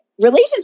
relationship